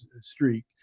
streak